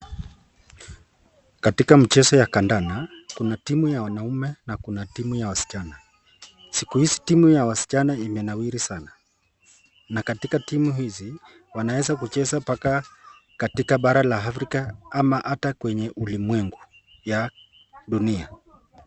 Katika mchezo ya kandanda kuna timu ya wanaume na kuna timu ya wasichana . Siku hizi timu ya wasichana imenawiri sana na katika timu hizi wanaweza kucheza mpaka katika bala la Afrika ama hata kwenye ulimwengu ya dunia.